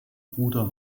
bruder